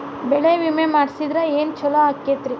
ಬೆಳಿ ವಿಮೆ ಮಾಡಿಸಿದ್ರ ಏನ್ ಛಲೋ ಆಕತ್ರಿ?